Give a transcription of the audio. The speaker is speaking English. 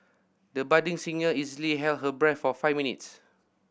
the budding singer easily held her breath for five minutes